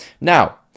Now